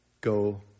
go